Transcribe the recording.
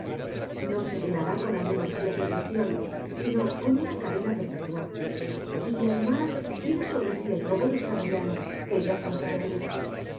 no se penará con algunos dias de prision sino con una cadena perpétua y además tiene sobre sí el robo del saboyano que ya saldrá á luz